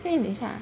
因为等一下 ah